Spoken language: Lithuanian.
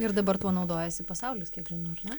ir dabar tuo naudojasi pasaulis kiek žinau ar ne